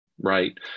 Right